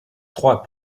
trois